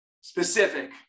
specific